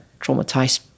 traumatized